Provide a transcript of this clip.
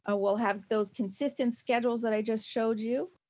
ah we'll have those consistent schedules that i just showed you,